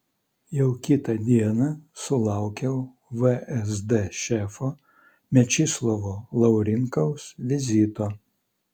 jau kitą dieną sulaukiau vsd šefo mečislovo laurinkaus vizito